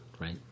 right